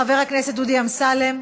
חבר הכנסת דודי אמסלם,